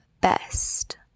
best